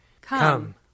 Come